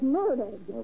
murdered